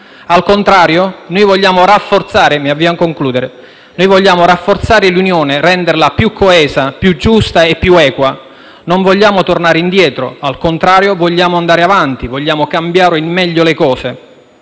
al contrario, noi vogliamo rafforzare l'Unione, renderla più coesa, più giusta e più equa. Non vogliamo tornare indietro; al contrario, vogliamo andare avanti, vogliamo cambiare in meglio le cose.